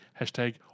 Hashtag